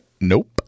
Nope